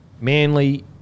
Manly